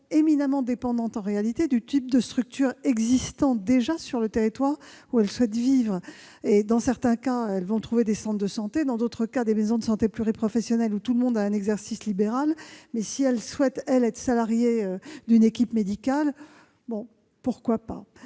éminemment dépendantes du type de structures existant déjà sur le territoire où elles souhaitent vivre. Dans certains cas, elles trouveront des centres de santé ; dans d'autres, des maisons de santé pluriprofessionnelles où tout le monde exerce en libéral. Si elles veulent être salariée d'une équipe médicale, pourquoi pas ?